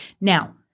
Now